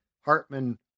Hartman